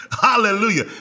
Hallelujah